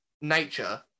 nature